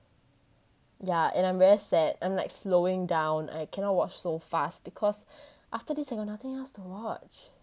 ya and I'm very sad I'm like slowing down cannot watch so fast because after this I got nothing else to watch